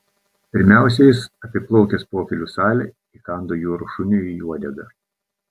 pirmiausia jis apiplaukęs pokylių salę įkando jūros šuniui į uodegą